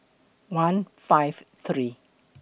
one five three